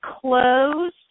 close